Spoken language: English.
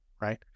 right